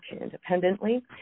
independently